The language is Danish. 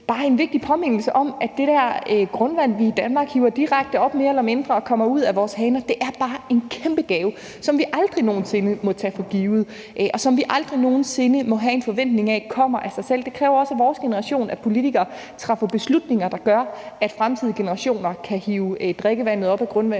med en vigtig påmindelse om, at det grundvand, vi i Danmark mere eller mindre hiver direkte op, og som kommer ud af vores haner, bare er en kæmpe gave, som vi aldrig nogen sinde må tage for givet, og som vi aldrig nogen sinde må have en forventning om kommer af sig selv. Det kræver også, at vores generation af politikere træffer beslutninger, der gør, at fremtidige generationer vil kunne hive grundvandet